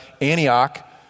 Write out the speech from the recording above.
Antioch